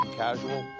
casual